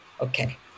okay